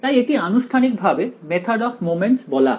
তাই এটি আনুষ্ঠানিকভাবে মেথড অফ মোমেন্টস বলা হয়